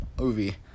movie